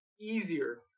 easier